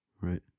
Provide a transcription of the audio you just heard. right